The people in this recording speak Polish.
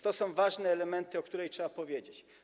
To są ważne elementy, o których trzeba powiedzieć.